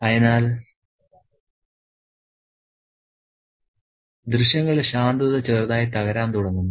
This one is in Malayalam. അതിനാൽ ദൃശ്യങ്ങളുടെ ശാന്തത ചെറുതായി തകരാൻ തുടങ്ങുന്നു